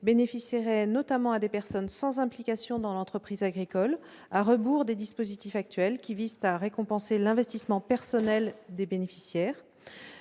bénéficieraient notamment à des personnes sans implication dans l'entreprise agricole, à rebours des dispositifs actuels, qui visent à récompenser l'investissement personnel des bénéficiaires.